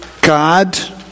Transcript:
God